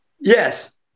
Yes